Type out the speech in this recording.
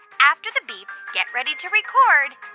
after the beep, get ready to record